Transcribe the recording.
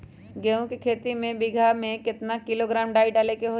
गेहूं के खेती में एक बीघा खेत में केतना किलोग्राम डाई डाले के होई?